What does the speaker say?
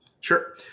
Sure